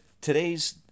today's